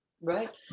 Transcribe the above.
Right